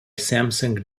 samsung